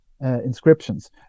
inscriptions